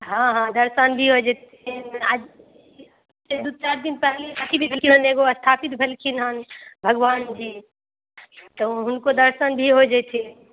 हँ हँ दर्शन दिऔ जे तीन दिन आज से दू चारि दिन पहिने अथी भी भेलखिन हन एगो स्थापित भी भेलखिन हन भगवान जी तऽ हुनको दर्शन भी हो जयथिन